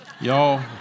y'all